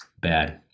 bad